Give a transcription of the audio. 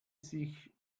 sich